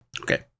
Okay